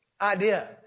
idea